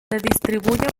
distribuye